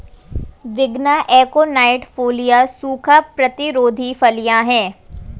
विग्ना aconitifolia सूखा प्रतिरोधी फलियां हैं